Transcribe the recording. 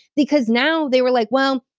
because now they were like, well,